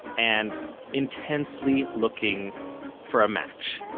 and intensely looking for a match.